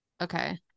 Okay